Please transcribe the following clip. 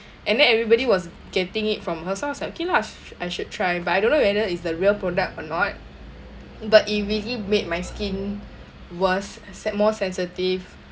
and then everybody was getting it from her so I was like okay lah I should try but I don't know whether it's the real product or not but it really made my skin worse sen~ more sensitive